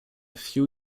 few